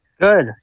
Good